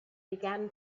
began